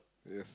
ya